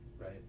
Right